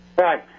Hi